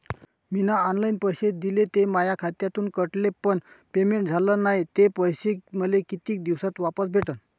मीन online पैसे दिले, ते माया खात्यातून कटले, पण पेमेंट झाल नायं, ते पैसे मले कितीक दिवसात वापस भेटन?